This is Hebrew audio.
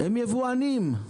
הם יבואנים.